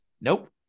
Nope